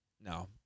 No